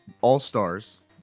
All-Stars